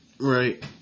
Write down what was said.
right